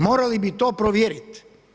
Morali bi to provjerit.